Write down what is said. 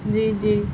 جی جی